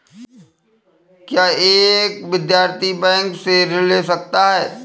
क्या एक विद्यार्थी बैंक से ऋण ले सकता है?